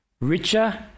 richer